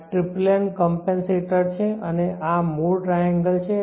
આ triplen compensator છે અને આ મૂળ ટ્રાયેન્ગલ છે